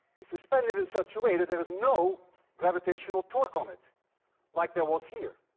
is suspended in such a way that there is no gravitational torque on it like there was here.